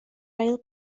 ail